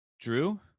Drew